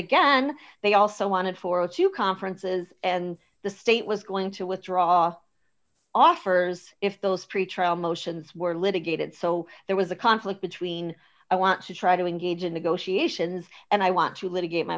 again they also wanted for a few conferences and the state was going to withdraw offers if those pretrial motions were litigated so there was a conflict between i want to try to engage in negotiations and i want to l